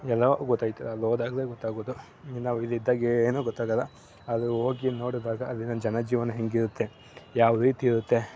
ಎಲ್ಲ ಗೊತ್ತಾಯಿತು ಅಲ್ಲಿ ಹೋದಾಗಲೇ ಗೊತ್ತಾಗೋದು ನಾವು ಇಲ್ಲಿ ಇದ್ದಾಗ ಏನು ಗೊತ್ತಾಗಲ್ಲ ಅಲ್ಲಿ ಹೋಗಿ ನೋಡಿದಾಗ ಅಲ್ಲಿನ ಜನ ಜೀವನ ಹೇಗಿರುತ್ತೆ ಯಾವ ರೀತಿ ಇರುತ್ತೆ